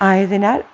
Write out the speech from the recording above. ആയതിനാൽ